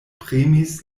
premis